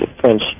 French